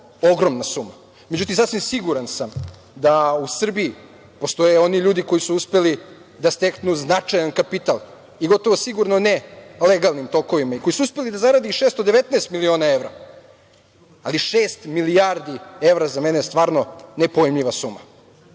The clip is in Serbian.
ogromna suma, međutim, sasvim sam siguran da u Srbiji postoje oni ljudi koji su uspeli da steknu značajan kapital i gotovo sigurno ne legalnim tokovima i koji su uspeli da zarade i 619 miliona evra, ali šest milijardi evra za mene je stvarno nepojmljiva suma.